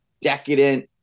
decadent